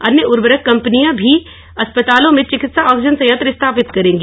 अन्य उर्वरक कंपनियां भी अस्पतालों में चिकित्सा ऑक्सीजन संयंत्र स्थापित करेंगी